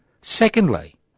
Secondly